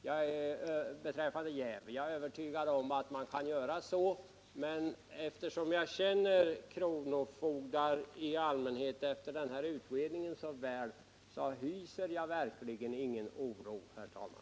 Visst kan man göra så, men eftersom jag efter den utredning som företagits anser mig känna kronofogdar rätt väl, hyser jag ingen oro, herr talman.